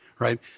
Right